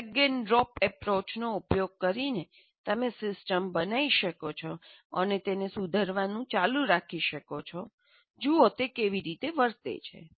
drag અને drop એપ્રોચનો ઉપયોગ કરીને તમે સિસ્ટમ બનાવી શકો છો અને તેને સુધારવાનું ચાલુ રાખી શકો છો અને જુઓ કે તે કેવી રીતે વર્તે છે